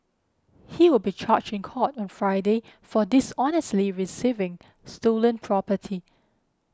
he will be charged in court on Friday for dishonestly receiving stolen property